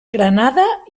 granada